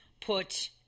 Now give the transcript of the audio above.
put